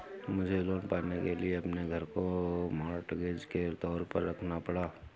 मुझे लोन पाने के लिए अपने घर को मॉर्टगेज के तौर पर रखना पड़ा